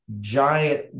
giant